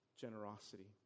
generosity